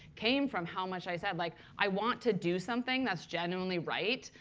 came from how much i said, like, i want to do something that's genuinely right,